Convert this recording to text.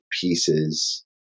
pieces